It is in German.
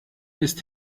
ist